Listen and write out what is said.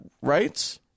rights